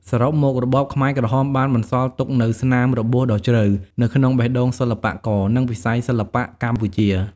សរុបមក របបខ្មែរក្រហមបានបន្សល់ទុកនូវ ស្នាមរបួសដ៏ជ្រៅ នៅក្នុងបេះដូងសិល្បករ និងវិស័យសិល្បៈកម្ពុជា។